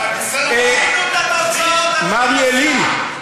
מר ילין,